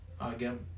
again